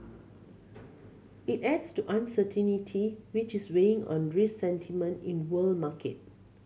it adds to uncertainty which is weighing on risk sentiment in world market